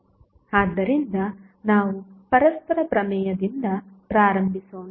ಆದ್ದರಿಂದ ನಾವು ಪರಸ್ಪರ ಪ್ರಮೇಯದಿಂದ ಪ್ರಾರಂಭಿಸೋಣ